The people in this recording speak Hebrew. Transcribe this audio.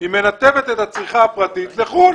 היא מנתבת את הצריכה הפרטית לחוץ לארץ.